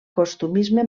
costumisme